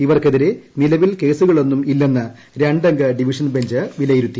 ഇവർക്കെതിരെ നിലവിൽ കേസുകളൊന്നും ഇല്ലെന്ന് രണ്ടംഗ ഡിവിഷൻ ബഞ്ച് വിലയിരുത്തി